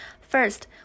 First